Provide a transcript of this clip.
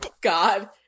God